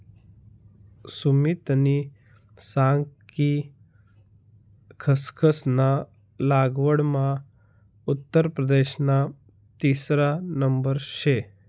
सुमितनी सांग कि खसखस ना लागवडमा उत्तर प्रदेशना तिसरा नंबर शे